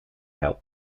help